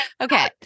Okay